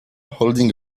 holding